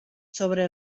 sobre